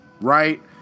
right